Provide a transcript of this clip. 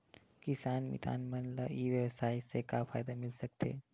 किसान मितान मन ला ई व्यवसाय से का फ़ायदा मिल सकथे?